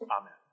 Amen